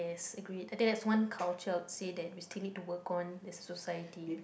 yes agreed I think that's one culture I would say that we still need to work on as a society